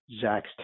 Zach's